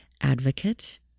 advocate